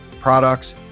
products